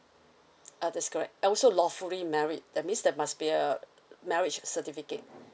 uh that's correct also lawfully married that means that must be a marriage certificate